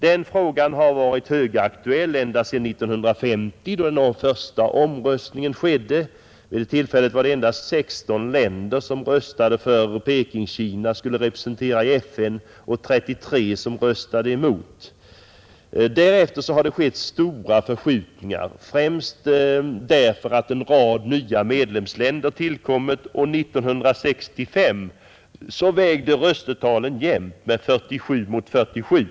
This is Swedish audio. Denna fråga har varit högaktuell ända sedan 1950 då den första omröstningen skedde. Vid det tillfället var det endast 16 länder som röstade för att Pekingkina skulle vara representerat i FN och 33 som röstade emot. Därefter har det skett stora förskjutningar, främst därför att en rad nya medlemsländer tillkommit, och 1965 vägde röstetalen jämnt med 47 mot 47.